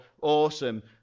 awesome